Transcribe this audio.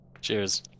Cheers